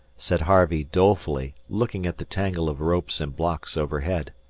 said harvey, dolefully, looking at the tangle of ropes and blocks overhead.